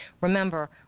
Remember